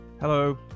Hello